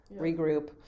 regroup